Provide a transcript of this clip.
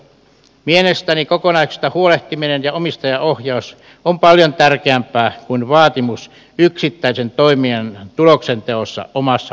mielestäni kokonaisuudesta huolehtiminen ja omistajaohjaus on paljon tärkeämpää kuin vaatimus yksittäisen toimijan tuloksenteosta omassa lokerossaan